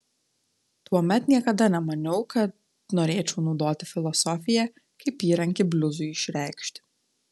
tuomet niekada nemaniau kad norėčiau naudoti filosofiją kaip įrankį bliuzui išreikšti